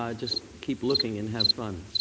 ah just keep looking and have fun.